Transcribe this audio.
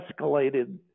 escalated